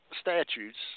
statutes